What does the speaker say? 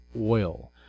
oil